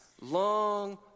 long